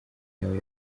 yawe